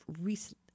recent